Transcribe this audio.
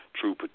true